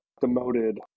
demoted